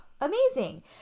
amazing